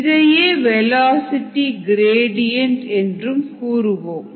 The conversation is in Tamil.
இதையே வெலாசிட்டி க்ரேடியன்ட் என்று கூறுவோம்